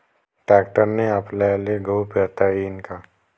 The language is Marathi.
ट्रॅक्टरने आपल्याले गहू पेरता येईन का?